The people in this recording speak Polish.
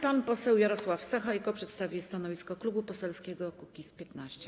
Pan poseł Jarosław Sachajko przedstawi stanowisko Klubu Poselskiego Kukiz’15.